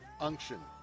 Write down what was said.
unction